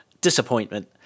Disappointment